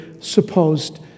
supposed